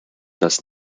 das